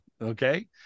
Okay